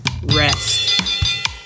Rest